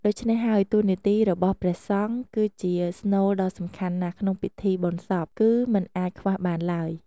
ដូច្នេះហើយ តួនាទីរបស់ព្រះសង្ឃគឺជាស្នូលដ៏សំខាន់ណាស់ ក្នុងពិធីបូណ្យសព គឹមិនអាចខ្វះបានឡើយ។